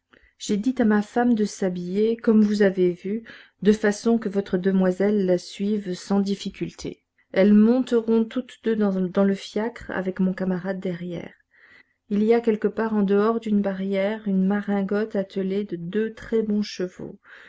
j'ai dit à ma femme de s'habiller comme vous avez vu de façon que votre demoiselle la suive sans difficulté elles monteront toutes deux dans le fiacre avec mon camarade derrière il y a quelque part en dehors d'une barrière une maringotte attelée de deux très bons chevaux